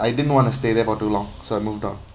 I didn't want to stay there for too long so I moved on